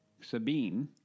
Sabine